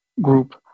group